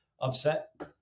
upset